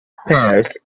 pears